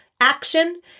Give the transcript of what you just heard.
action